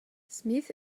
smith